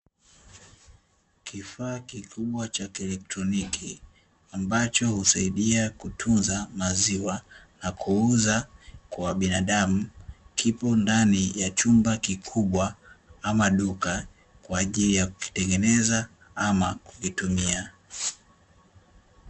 Kifaa kikubwa cha kielektroniki, ambacho husaidia kutunza maziwa na kuuza kwa binadamu; kipo ndani ya chumba kikubwa ama duka kwa ajili ya kukitengeneza ama kukitumia.